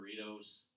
burritos